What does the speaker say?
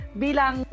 bilang